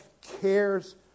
cares